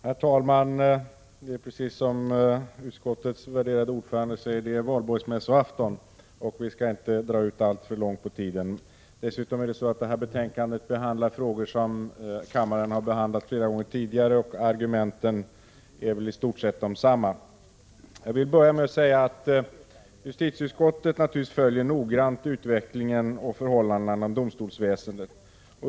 Herr talman! Precis som utskottets värderade ordförande säger är det Valborgsmässoafton, och vi skall inte dra ut alltför långt på tiden. Dessutom behandlar detta betänkande frågor som kammaren har behandlat flera gånger tidigare, och argumenten är i stort sett desamma. Jag vill börja med att säga att justitieutskottet naturligtvis noggrant följer utvecklingen och förhållandena inom domstolsväsendet.